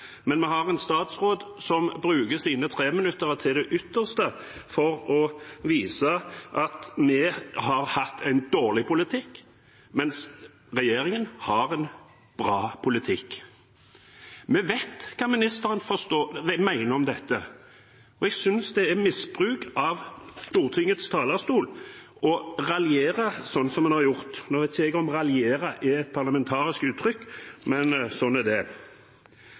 men vi har en statsråd som bruker sine treminuttere til det ytterste for å vise at vi har hatt en dårlig politikk, mens regjeringen har en bra politikk. Vi vet hva ministeren mener om dette, og jeg synes det er misbruk av Stortingets talerstol å raljere sånn som han har gjort. Jeg vet ikke om «raljere» er et parlamentarisk uttrykk – men sånn er det.